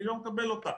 אני לא מקבל אותה.